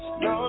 no